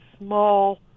small